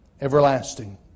everlasting